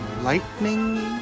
Lightning